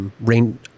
rain